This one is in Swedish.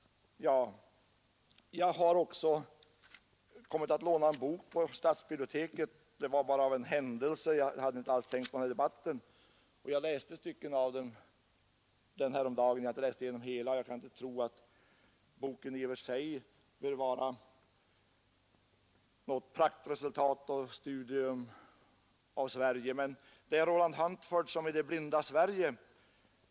Jag har av en händelse, utan tanke på den här debatten, lånat en bok på stadsbiblioteket. Jag har inte läst den helt och kan inte tro att boken i och för sig behöver vara något praktexempel i fråga om studium av Sverige. Den av Roland Huntford och heter Det blinda Sverige.